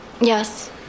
Yes